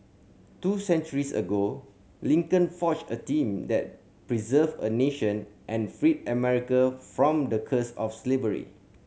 two centuries ago Lincoln forged a team that preserved a nation and freed America from the curse of slavery